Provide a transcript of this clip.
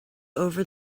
over